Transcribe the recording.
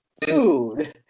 dude